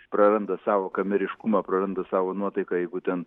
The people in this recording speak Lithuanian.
praranda savo kameriškumą praranda savo nuotaiką jeigu ten